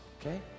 Okay